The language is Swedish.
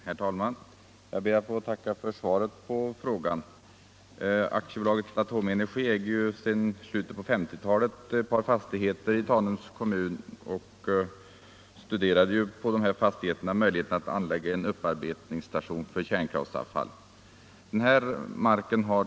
Herr talman! Jag ber att få tacka för svaret på frågan. AB Atomenergi äger sedan slutet på 1950-talet ett par fastigheter i Tanums kommun och studerade på dessa fastigheter möjligheten att anlägga en upparbetningsstation för kärnbränsleavfall.